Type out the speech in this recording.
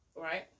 right